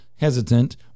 hesitant